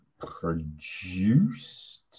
produced